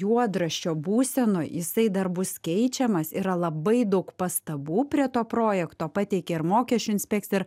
juodraščio būsenoj jisai dar bus keičiamas yra labai daug pastabų prie to projekto pateikė ir mokesčių inspekcija ir